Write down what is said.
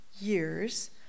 years